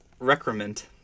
Recrement